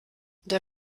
der